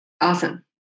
Awesome